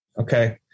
Okay